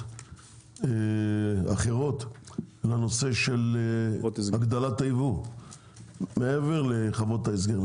אחרות לנושא של הגדלת היבוא מעבר לחוות ההסגר,